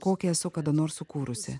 kokią esu kada nors sukūrusi